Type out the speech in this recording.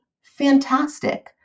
fantastic